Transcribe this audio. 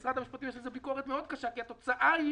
במשרד המשפטים יש על זה ביקורת קשה מאוד כי התוצאה היא